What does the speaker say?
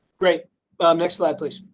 great next slide please.